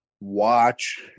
watch